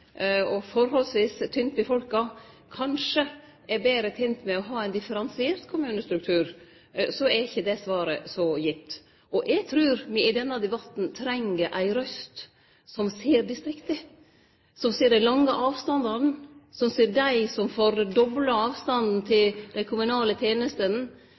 og forholdsvis tynt befolka, kanskje er betre tent med å ha ein differensiert kommunestruktur, så er ikkje det svaret så gitt. Eg trur at me i denne debatten treng ei røyst som ser distrikta, som ser dei lange avstandane, som ser dei som får dobla avstanden til dei kommunale tenestene,